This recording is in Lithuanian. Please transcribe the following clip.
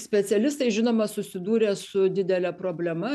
specialistai žinoma susidūrė su didele problema